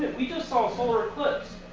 we just saw a solar eclipse.